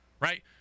right